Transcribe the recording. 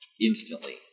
instantly